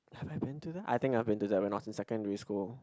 have I been to that I think I have been to that when I was in secondary school